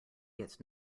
gets